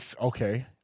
Okay